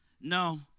No